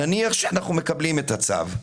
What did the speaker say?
נניח שאנו מקבלים את הצו.